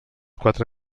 quatre